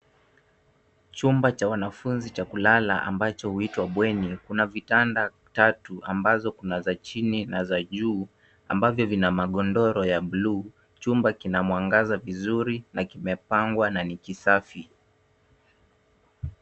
Chumba cha wanafunzi cha kulala ambacho huitwa bweni. Kuna vitanda tatu ambazo kuna za chini na za juu, ambavyo vina magodoro ya blue . Chumba kina mwangaza vizuri na kimepangwa na ni kisafi.